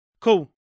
Cool